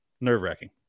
nerve-wracking